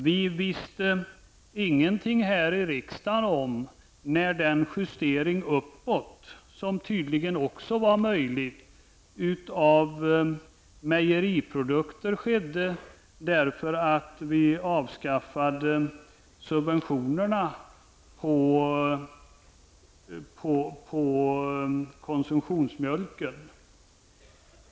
Vi visste här i riksdagen ingenting om den justering uppåt, som tydligen också var möjlig, av mejeriprodukter som skedde när subventionerna avskaffades på konsumtionsmjölken.